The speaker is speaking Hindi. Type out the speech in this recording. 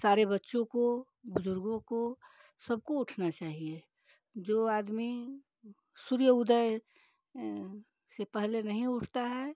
सारे बच्चों को बुज़ुर्गों को सबको उठाना चाहिए जो आदमी सूर्य उदय से पहले नहीं उठता है